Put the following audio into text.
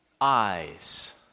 eyes